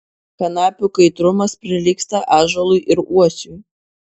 kanapių kaitrumas prilygsta ąžuolui ir uosiui